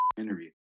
interview